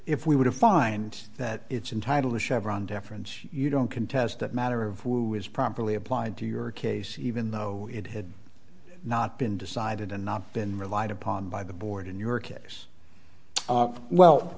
have find that it's entitle to chevron deference you don't contest that matter of who is properly applied to your case even though it had not been decided and not been relied upon by the board in your case well